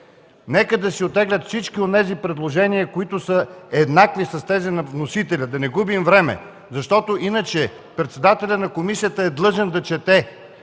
ГЕРБ да си оттеглят всички онези предложения, които са еднакви с тези на вносителя, да не губим време, защото иначе председателят на комисията е длъжен да чете,